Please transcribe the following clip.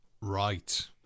Right